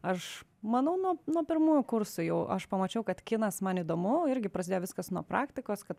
aš manau nuo nuo pirmųjų kursų jau aš pamačiau kad kinas man įdomu irgi prasidėjo viskas nuo praktikos kad